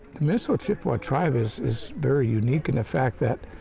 the minnesota chippewa tribe is is very unique in the fact that